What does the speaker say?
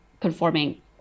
conforming